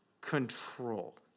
control